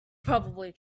probably